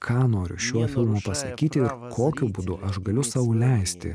ką noriu šiuo filmu pasakyti ir kokiu būdu aš galiu sau leisti